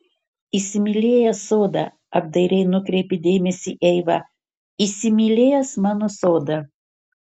įsimylėjęs sodą apdairiai nukreipė dėmesį eiva įsimylėjęs mano sodą